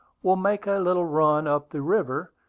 will make a little run up the river,